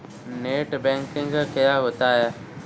Net banking क्या होता है?